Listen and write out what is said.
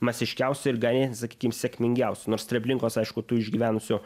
masiškiausių ir ganėtinai sakykim sėkmingiausių nors treblinkos aišku tų išgyvenusių